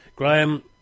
Graham